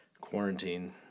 quarantine